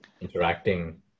interacting